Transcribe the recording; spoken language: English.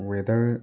weather